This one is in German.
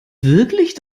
wirklich